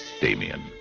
Damien